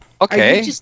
Okay